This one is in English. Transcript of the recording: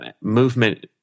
movement